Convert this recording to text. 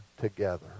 together